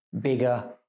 bigger